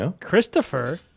Christopher